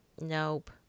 nope